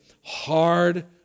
hard